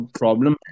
problem